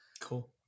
cool